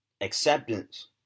acceptance